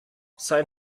sein